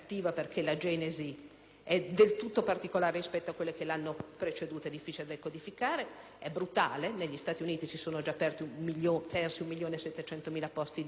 è del tutto particolare, rispetto a quelle che l'hanno preceduta, ed è difficile da codificare. È brutale, perché negli Stati Uniti si sono già persi 1,7 milioni di posti di lavoro e da